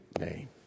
name